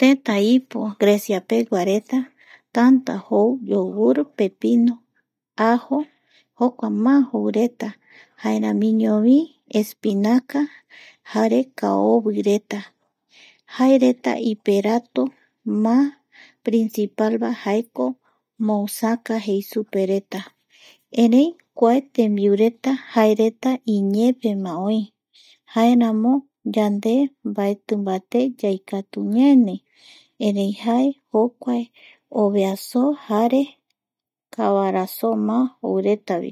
Tetaipo Grecia peguareta tanta jou yogurt pepino ,ajo jokua má joureta jaeramiñovi espinaca jare kaovireta, jaereta iperatoreta má principalvae jaeko mousaka jei supereta erei kua tembiureta jaereta iñeepema oï jaeramo yande mbaeti mbaté yaikatu ñaenii erei jae jokuae ovea soo jare kavara so má jouretavi